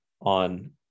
on